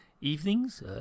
evenings